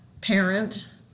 parent